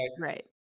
Right